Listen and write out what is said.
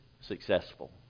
successful